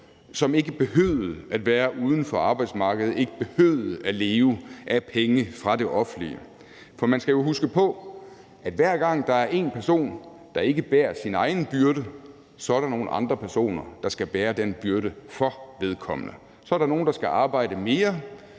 som ikke behøvede at være uden for arbejdsmarkedet og ikke behøvede at leve af penge fra det offentlige. For man skal jo huske på, at hver gang der er en person, der ikke bærer sin egen byrde, så er der nogle andre personer, der skal bære den byrde for vedkommende; så er der nogle, der skal arbejde mere.